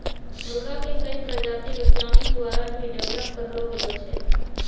मुर्गा के कई प्रजाति वैज्ञानिक द्वारा भी डेवलप करलो गेलो छै